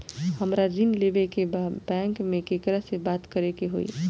हमरा ऋण लेवे के बा बैंक में केकरा से बात करे के होई?